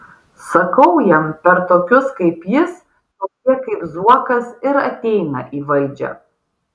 sakau jam per tokius kaip jis tokie kaip zuokas ir ateina į valdžią